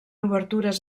obertures